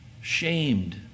shamed